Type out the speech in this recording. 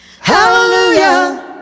Hallelujah